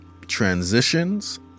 Transitions